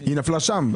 היא נפלה שם.